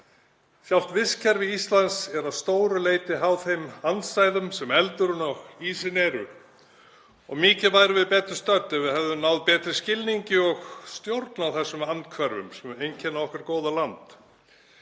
Sjálft vistkerfi Íslands er að stóru leyti háð þeim andstæðum sem eldurinn og ísinn eru. Mikið værum við betur stödd ef við hefðum náð betri skilningi og stjórn á þessum andhverfum sem einkenna okkar góða land.